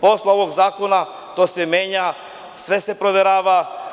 Posle ovog zakona to se menja, sve se proverava.